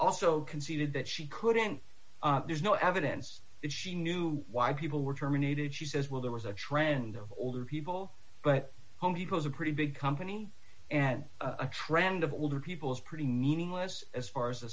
also conceded that she couldn't there's no evidence that she knew why people were terminated she says well there was a trend of older people but home depot's a pretty big company and a trend of older people is pretty meaningless as far as the